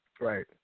Right